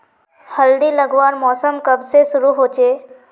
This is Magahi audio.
हल्दी लगवार मौसम कब से शुरू होचए?